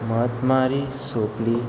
मत्मारी सोपली